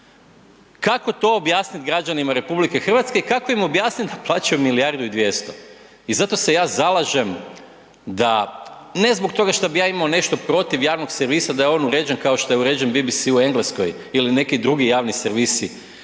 Kako to objasniti građanima RH i kako im objasniti da plaćaju milijardu 200? I zato se ja zalažem da ne zbog toga što bi ja imao nešto protiv javnog servisa da je on uređen kao što je uređen BBC u Engleskoj ili neki drugi javni servisi